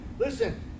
Listen